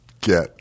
get